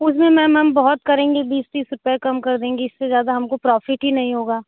उसमें मैम हम बहुत करेंगे बीस तीस रुपये कम कर देंगे इससे ज़्यादा हमको प्रॉफ़िट ही नहीं होगा